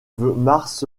mars